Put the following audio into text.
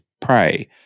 pray